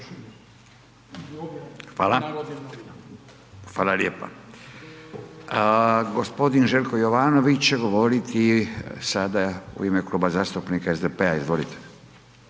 Fala. Fala lijepa. g. Željko Jovanović će govoriti sada u ime Kluba zastupnika SDP-a, izvolite.